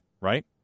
right